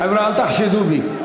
חבר'ה, אל תחשדו בי.